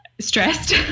stressed